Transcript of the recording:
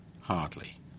hardly